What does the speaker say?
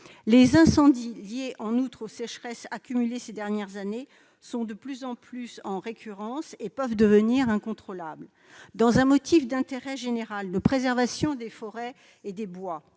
les incendies liés aux sécheresses accumulées ces dernières années sont de plus en plus récurrents et peuvent devenir incontrôlables. Dans un motif d'intérêt général de préservation des bois et forêts